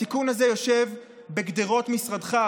התיקון הזה יושב בין גדרות משרדך,